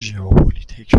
ژئوپلیتک